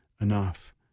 enough